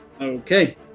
okay